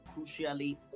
crucially